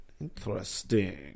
Interesting